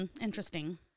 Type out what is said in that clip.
interesting